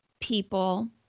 people